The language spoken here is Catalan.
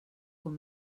com